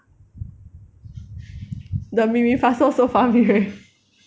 the mi mi fa so so fa mi re